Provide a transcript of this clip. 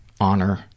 honor